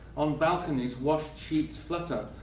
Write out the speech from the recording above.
on balconies washed sheets flutter,